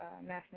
National